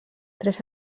tres